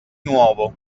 nuovo